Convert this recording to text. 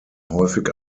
häufig